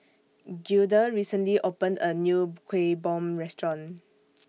Gilda recently opened A New Kuih Bom Restaurant